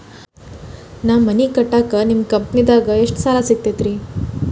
ನಾ ಮನಿ ಕಟ್ಟಾಕ ನಿಮ್ಮ ಕಂಪನಿದಾಗ ಎಷ್ಟ ಸಾಲ ಸಿಗತೈತ್ರಿ?